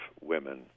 women